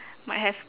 might have